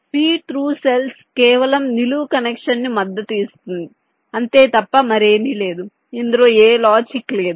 feed through cells కేవలం నిలువు కనెక్షన్కు మద్దతు ఇస్తాయి అంతే తప్ప మరేమీ లేదు ఇందులో ఏ లాజిక్ లేదు